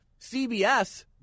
CBS